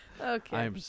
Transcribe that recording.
Okay